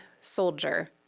soldier